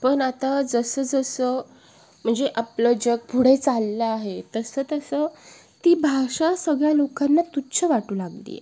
पण आता जसं जसं म्हणजे आपलं जग पुढे चाललं आहे तसं तसं ती भाषा सगळ्या लोकांना तुच्छ वाटू लागली आहे